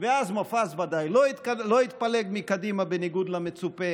ואז מופז ודאי לא התפלג מקדימה, בניגוד למצופה.